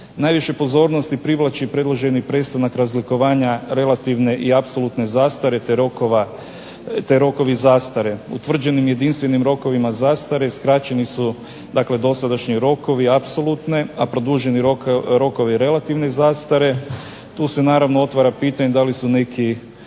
Najviše pozornosti privlači predloženi prestanak razlikovanja relativne i apsolutne zastare te rokovi zastare. Utvrđenim jedinstvenim rokovima zastare skraćeni su dakle dosadašnji rokovi apsolutne, a produženi rokovi relativne zastare. Tu se naravno otvara pitanje da li su neki